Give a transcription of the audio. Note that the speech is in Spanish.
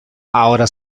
ahora